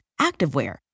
activewear